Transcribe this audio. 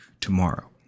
tomorrow